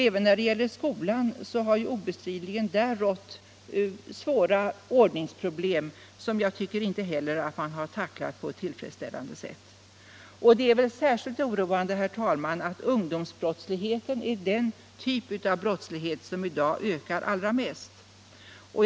Även för skolans del har det obestridligen funnits svåra ordningsproblem som man inte heller har tacklat på ett tillfredsställande sätt. Särskilt oroande är det, herr talman, att ungdomsbrottsligheten är den typ av brottslighet som i dag ökar allra mest.